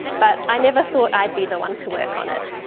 but i never thought i'd be the one to work on it.